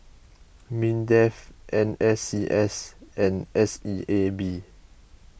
Mindef N S C S and S E A B